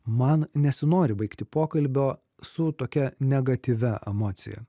man nesinori baigti pokalbio su tokia negatyvia emocija